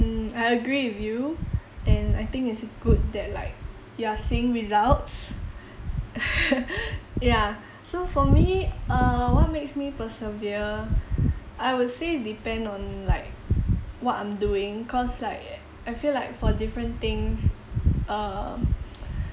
mm I agree with you and I think it's good that like you are seeing results ya so for me err what makes me persevere I would say depend on like what I'm doing cause like I feel like for different things um